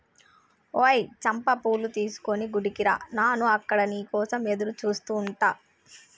ఓయ్ చంపా పూలు తీసుకొని గుడికి రా నాను అక్కడ నీ కోసం ఎదురుచూస్తు ఉంటా